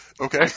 Okay